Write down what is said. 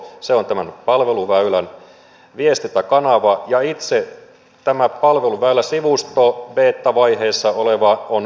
fisivusto se on tämän palveluväylän viestintäkanava ja itse tämä palveluväyläsivusto beta vaiheessa oleva on beta